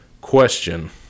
Question